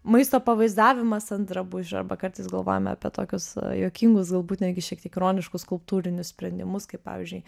maisto pavaizdavimas ant drabužių arba kartais galvojame apie tokius juokingus galbūt netgi šiek tiek ironiškus skulptūrinius sprendimus kaip pavyzdžiui